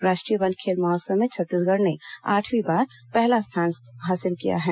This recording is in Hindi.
राष्ट्रीय वन खेल महोत्सव में छत्तीसगढ़ ने आठवीं बार पहला स्थान हासिल किया है